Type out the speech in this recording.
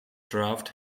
draft